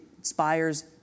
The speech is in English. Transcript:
inspires